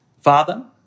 Father